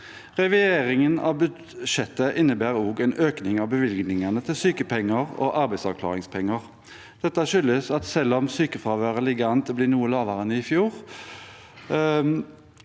Revideringen av budsjettet innebærer også en økning av bevilgningene til sykepenger og arbeidsavklaringspenger. Det skyldes at selv om sykefraværet ligger an til å bli noe lavere enn i fjor,